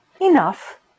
enough